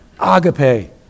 Agape